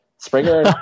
Springer